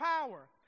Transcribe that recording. power